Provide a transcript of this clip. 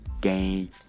game